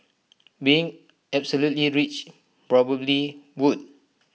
being absolutely rich probably would